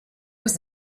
was